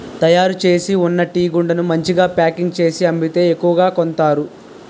తయారుచేసి ఉన్న టీగుండను మంచిగా ప్యాకింగ్ చేసి అమ్మితే ఎక్కువ కొంతారు